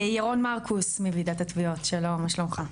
ירון מרקוס מוועידת התביעות, שלום מה שלומך?